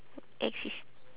X is